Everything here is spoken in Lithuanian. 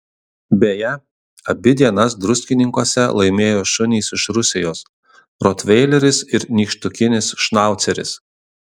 beje abi dienas druskininkuose laimėjo šunys iš rusijos rotveileris ir nykštukinis šnauceris